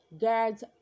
guards